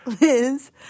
Liz